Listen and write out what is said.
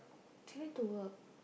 she need to work